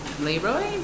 Leroy